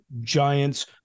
giants